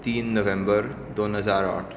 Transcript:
तीन नोव्हेंबर दोन हजार आट